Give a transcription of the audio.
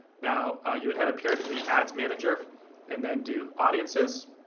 now you would head up here to the ads manager and then do audiences.